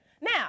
Now